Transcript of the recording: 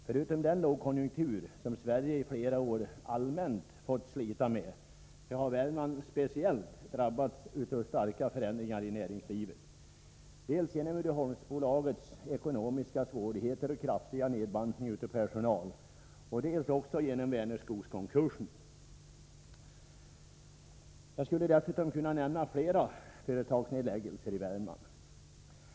Förutom den lågkonjunktur som Sverige i flera år allmänt fått slita med har Värmland drabbats speciellt hårt av starka förändringar i näringslivet, dels genom Uddeholms Aktiebolags ekonomiska svårigheter och kraftiga nedbantning av personalstyrkan, och dels genom Vänerskogskonkursen. Jag skulle dessutom kunna nämna flera företagsnedläggelser i Värmland.